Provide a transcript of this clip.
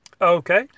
Okay